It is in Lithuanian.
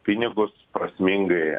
pinigus prasmingai